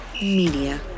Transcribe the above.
Media